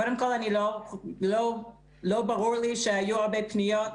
קודם כל, לא ברור לי שהיו הרבה פניות